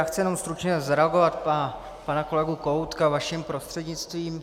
Já chci jenom stručně zareagovat na pana kolegu Kohoutka vaším prostřednictvím.